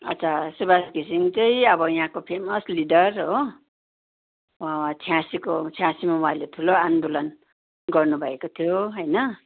अच्छा सुबास घिसिङ चाहिँ अब यहाँको फेसम लिडर हो उहाँ छ्यासीको छ्यासीमा उहाँले ठुलो आन्दोलन गर्नु भएको थियो होइन